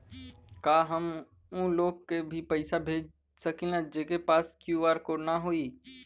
का हम ऊ लोग के भी फोन से पैसा भेज सकीला जेकरे पास क्यू.आर कोड न होई?